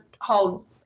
hold